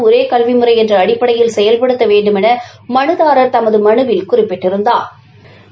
ஒரே கல்விமுறை என்ற அடிப்படையில் செயல்படுத்த வேண்டுமௌ மனுதாரா் தமது மனுவில் குறிப்பிட்டிருந்தாா்